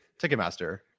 Ticketmaster